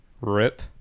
rip